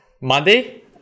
Monday